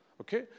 Okay